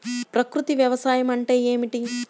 ప్రకృతి వ్యవసాయం అంటే ఏమిటి?